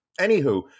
Anywho